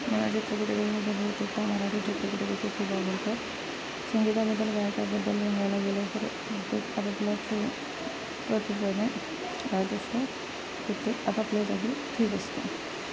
संगीताबद्दल गायकाबद्दल